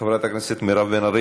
נגמר הזמן.